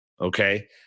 Okay